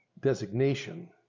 designation